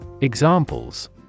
Examples